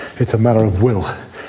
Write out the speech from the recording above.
it's a matter of will.